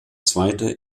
zweiter